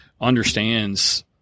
understands